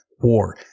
war